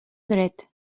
dret